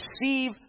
receive